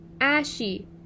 ashy